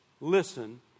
listen